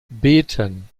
beten